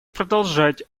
продолжать